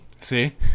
See